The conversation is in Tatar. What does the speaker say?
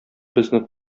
безне